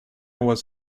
was